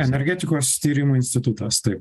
energetikos tyrimų institutas taip